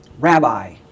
rabbi